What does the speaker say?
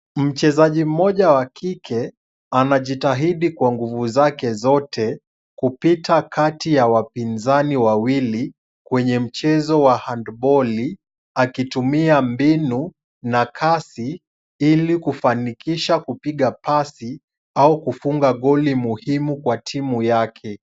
Mchezaji mmoja wa kike, anajitahidi kwa nguvu zake zote kupita kati ya wapinzani wawili, kwenye mchezo wa handball akitumia mbinu na kasi ili kufanikisha kupiga pasi au kufunga goli muhimu kwa timu yake.